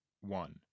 one